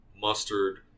Mustard